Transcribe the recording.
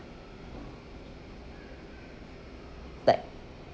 like